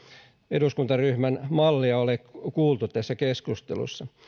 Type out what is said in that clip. eduskuntaryhmän mallia ole kuultu tässä keskustelussa